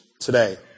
today